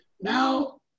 Now